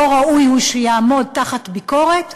לא ראוי הוא שיעמוד תחת ביקורת?